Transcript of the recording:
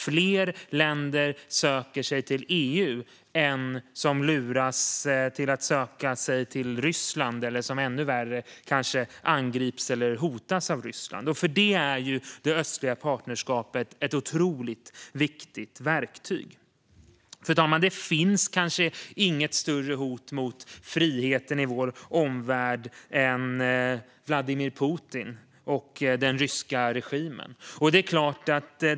Fler länder ska söka sig till EU i stället för att luras till att söka sig till Ryssland, eller ännu värre angripas eller hotas av Ryssland. För detta är det östliga partnerskapet ett otroligt viktigt verktyg. Fru talman! Det finns kanske inget större hot mot friheten i vår omvärld än Vladimir Putin och den ryska regimen.